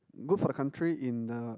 good for the country in the